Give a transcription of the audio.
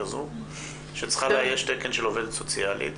והיא צריכה לאייש תקן של עובדת סוציאלי,